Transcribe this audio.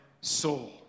soul